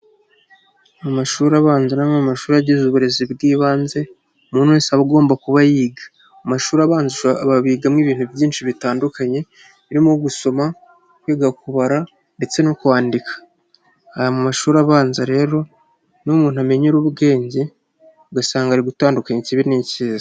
Amashuri abanza ni amwe mu mashuri agize uburezi bw'ibanze, umuntu wese aba agomba kuba yiga, mu mashuri abanza bigamo ibintu byinshi bitandukanye, birimo gusoma, kwiga kubara ndetse no kwandika. Aya mashuri abanza rero, niho umuntu amenyera ubwenge ugasanga ari gutandukanya ikibi n'ikiza.